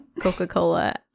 Coca-Cola